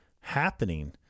happening